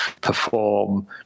perform